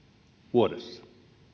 vuodessa